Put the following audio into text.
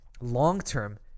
long-term